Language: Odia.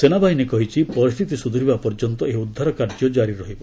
ସେନାବାହିନୀ କହିଛି ପରିସ୍ଥିତି ସୁଧୁରିବା ପର୍ଯ୍ୟନ୍ତ ଏହି ଉଦ୍ଧାରକାର୍ଯ୍ୟ କାରି ରଖିବ